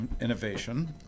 innovation